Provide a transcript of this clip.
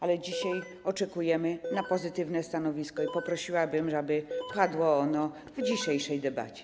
Ale dzisiaj oczekujemy na pozytywne stanowisko i poprosiłabym, aby to padło w dzisiejszej debacie.